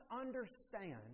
understand